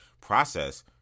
process